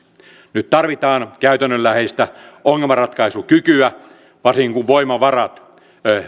nyt tarvitaan käytännönläheistä ongelmanratkaisukykyä varsinkin kun voimavarat